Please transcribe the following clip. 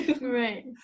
Right